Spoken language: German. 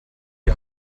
die